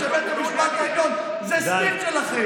כי הרגשתם שבית המשפט העליון זה הסניף שלכם.